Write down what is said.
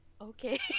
Okay